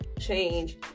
change